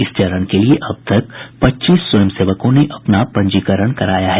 इस चरण के लिए अब तक पच्चीस स्वयं सेवकों ने अपना पंजीकरण कराया है